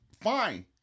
fine